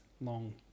long